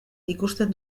ikusten